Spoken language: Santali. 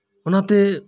ᱚᱱᱟᱛᱮ